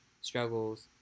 struggles